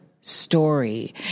story